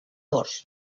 dors